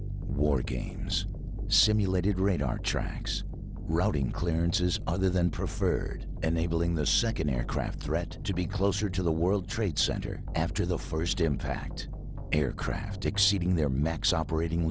wargames simulated radar tracks routing clearances other than preferred enabling the second aircraft threat to be closer to the world trade center after the first impact aircraft exceeding their max operating